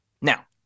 Now